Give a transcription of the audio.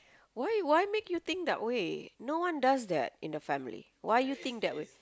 why why make you think that way no one does that in the family why you think that way